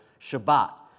Shabbat